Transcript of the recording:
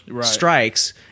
strikes